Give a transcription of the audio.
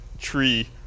tree